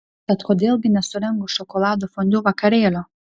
tad kodėl gi nesurengus šokolado fondiu vakarėlio